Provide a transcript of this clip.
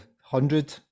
hundred